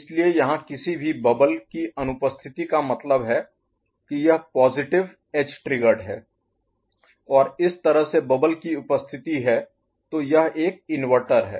इसलिए यहाँ किसी भी बबल Bubble बुलबुले की अनुपस्थिति का मतलब है कि यह पॉजिटिव एज ट्रिगर्ड है और इस तरह से बबल की उपस्थिति है तो यह एक इन्वर्टर है